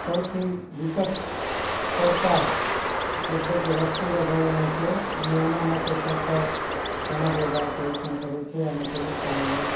સૌથી વિકટ પડકાર એટલે કે વસ્તી વધારાનો છે અને એના માટે સરકાર ઘણા બધા પ્રયત્ન કરે છે અને તેની સાંભળે